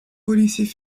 policiers